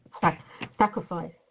sacrifice